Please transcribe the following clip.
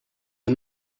are